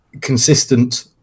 consistent